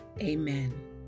Amen